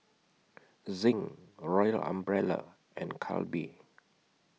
Zinc Royal Umbrella and Calbee